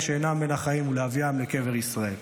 שאינם בין החיים ולהביאם לקבר ישראל.